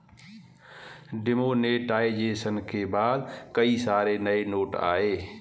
demonetisation के बाद कई सारे नए नोट आये